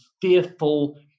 fearful